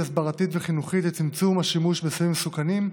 הסברתית וחינוכית לצמצום השימוש בסמים מסוכנים,